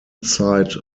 site